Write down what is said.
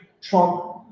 Trump